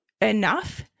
enough